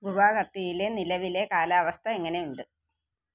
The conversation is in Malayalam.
ഗുവാഹത്തിയിലെ നിലവിലെ കാലാവസ്ഥ എങ്ങനെയുണ്ട്